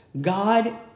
God